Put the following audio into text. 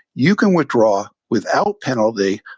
you can withdraw, without penalty,